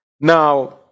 Now